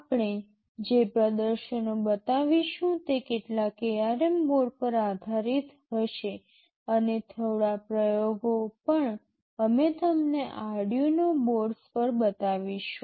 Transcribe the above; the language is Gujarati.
આપણે જે પ્રદર્શનો બતાવીશું તે કેટલાક ARM બોર્ડ પર આધારિત હશે અને થોડા પ્રયોગો પણ અમે તમને Arduino બોર્ડ્સ પર બતાવીશું